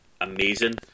amazing